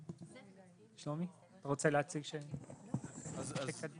שלומי מור, המוסד לביטוח